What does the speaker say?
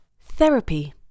Therapy